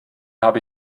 habe